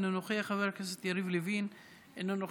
אינו נוכח,